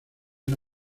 una